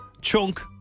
chunk